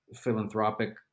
philanthropic